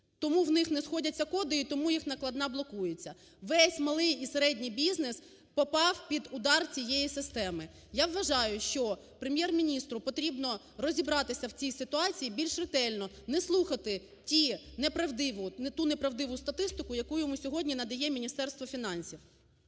Тому в них не сходяться коди і тому їх накладна блокується. Весь малий і середній бізнес попав під удар цієї системи. Я вважаю, що Прем'єр-міністру потрібно розібратися в цій ситуації більш ретельно, не слухати ту неправдиву статистику, яку йому сьогодні надає Міністерство фінансів.